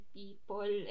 people